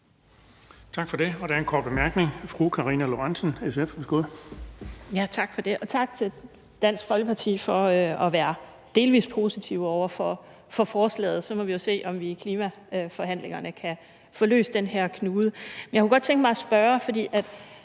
Lorentzen Dehnhardt, SF. Værsgo. Kl. 11:18 Karina Lorentzen Dehnhardt (SF): Tak for det, og tak til Dansk Folkeparti for at være delvist positive over for forslaget. Så må vi jo se, om vi i klimaforhandlingerne kan få løst den her knude. Men jeg kunne godt tænke mig at spørge om noget.